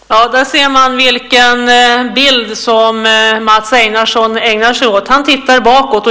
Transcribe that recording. Herr talman! Där ser man vilken bild Mats Einarsson ägnar sig åt. Han tittar bakåt.